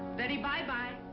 beddy bye-bye.